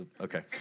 okay